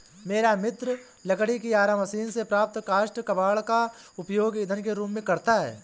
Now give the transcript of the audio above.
मेरा मित्र लकड़ी की आरा मशीन से प्राप्त काष्ठ कबाड़ का उपयोग ईंधन के रूप में करता है